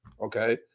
okay